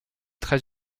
très